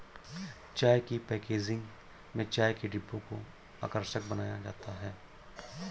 चाय की पैकेजिंग में चाय के डिब्बों को आकर्षक बनाया जाता है